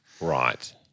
Right